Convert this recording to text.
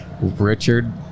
Richard